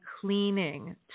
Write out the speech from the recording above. cleaning